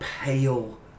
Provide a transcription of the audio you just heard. pale